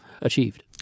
achieved